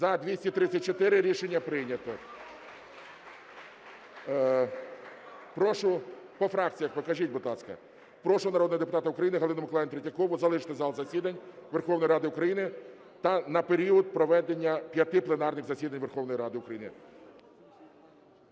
За-234 Рішення прийнято. По фракціям покажіть, будь ласка. Прошу народного депутата України Галину Миколаївну Третьякову залишити зал засідань Верховної Ради України на період проведення п'яти пленарних засідань Верховної Ради України.